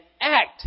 act